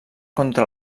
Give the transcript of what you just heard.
contra